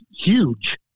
huge